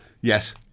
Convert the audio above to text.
Yes